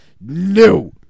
no